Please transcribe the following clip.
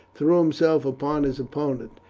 threw himself upon his opponent.